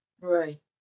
Right